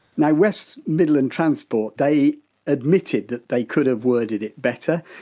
now west midland transport, they admitted that they could have worded it better.